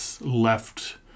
left